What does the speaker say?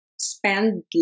spend